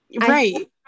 Right